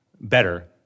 better